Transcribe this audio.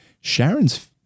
Sharon's